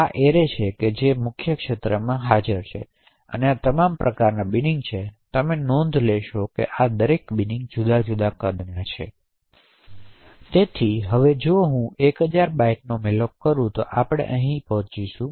આ એરે છે જે મુખ્ય ક્ષેત્રમાં હાજર છે અને તત્વ પ્રકારનાં બિનિંગનાં છે તેથી તમે પણ નોંધ લો કે આ દરેક બિનિંગ જુદા જુદા કદનાં છે તેથી હવે જો હું 1000 બાઇટ્સનો મેલોક કરું તો તે અહીં આવશે